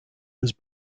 was